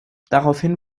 daraufhin